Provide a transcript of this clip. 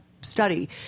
study